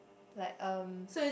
like um